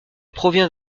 provient